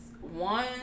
one